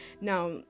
now